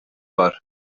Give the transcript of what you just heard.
var